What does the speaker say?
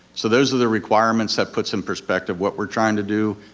so those are the requirements that put some perspective, what we're trying to do,